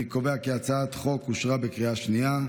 אני קובע כי הצעת החוק אושרה בקריאה שנייה.